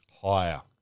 Higher